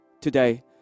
today